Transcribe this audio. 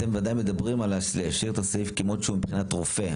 אתם מדברים על להשאיר את הסעיף כמות שהוא מבחינת רופא,